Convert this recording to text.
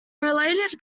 related